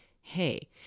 hey